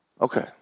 Okay